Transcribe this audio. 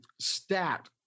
stat